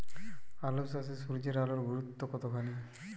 আলু চাষে সূর্যের আলোর গুরুত্ব কতখানি?